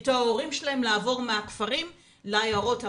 את ההורים שלהם לעבור מהכפרים לעיירות הרוסות.